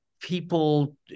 people